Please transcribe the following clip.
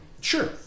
sure